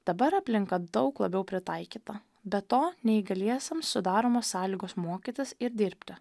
dabar aplinka daug labiau pritaikyta be to neįgaliesiems sudaromos sąlygos mokytis ir dirbti